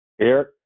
Eric